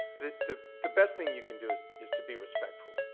that the the best thing you can do is is to be respectful.